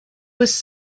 was